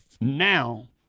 now